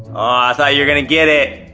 thought you were gonna get it!